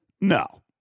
No